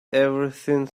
everything